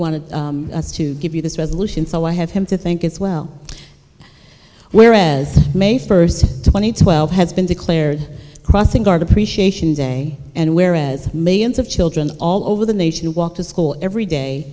wanted to give you this resolution so i have him to think it's well whereas may first two thousand and twelve has been declared crossing guard appreciation day and whereas millions of children all over the nation walk to school every day